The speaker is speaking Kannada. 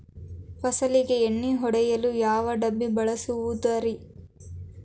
ಫಸಲಿಗೆ ಎಣ್ಣೆ ಹೊಡೆಯಲು ಯಾವ ಡಬ್ಬಿ ಬಳಸುವುದರಿ?